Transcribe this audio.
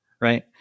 right